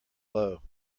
low